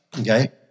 okay